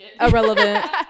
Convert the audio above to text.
irrelevant